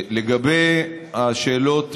לגבי השאלות,